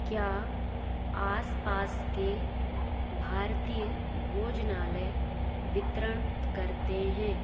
क्या आस पास के भारतीय भोजनालय वितरण करते हैं